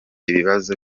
ibibazo